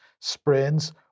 sprains